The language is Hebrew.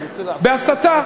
בהסתה.